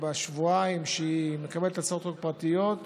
בשבועיים שהיא מקבלת הצעות חוק פרטיות,